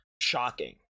Shocking